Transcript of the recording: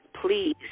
please